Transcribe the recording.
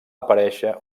aparèixer